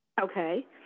Okay